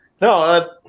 No